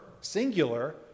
singular